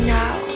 now